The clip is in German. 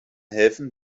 helfen